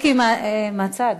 מהצד.